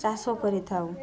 ଚାଷ କରିଥାଉ